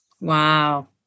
Wow